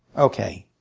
okay.